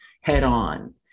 head-on